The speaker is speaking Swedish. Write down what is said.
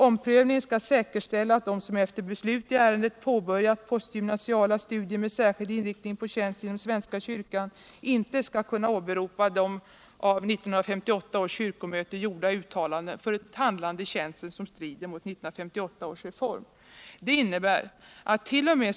Omprövningen skall säkerställa att de som efter beslut i ärendet påbörjat postgymnastala studier med särskild inriktning på tjänst inom svenska kyrkan inte skall kunna åberopa de av 1958 års kyrkomöte gjorda uttalandena för ett handlande i tjänsten som strider mot 1958 års reform. Det innebär attt.o.m.